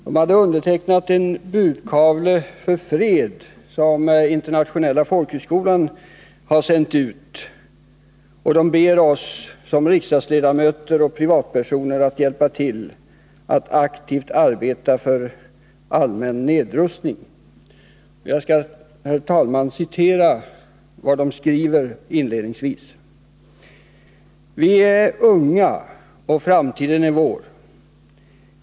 De har undertecknat en budkavle för fred som internationella folkhögskolan sänt ut, och de ber oss som riksdagsledamöter och privatpersoner att hjälpa till att aktivt arbeta för en allmän nedrustning. Jag skall inledningsvis citera vad de skriver: ”Vi är unga och framtiden är vår.